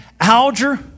Alger